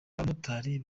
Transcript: abamotari